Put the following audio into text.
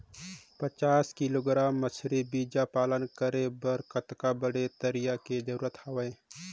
पचास किलोग्राम मछरी बीजा पालन करे बर कतका बड़े तरिया के जरूरत हवय?